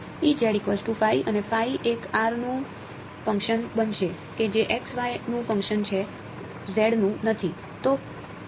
અને એક નું ફંકશન બનશે કે જે નું ફંકશન છે નું નહી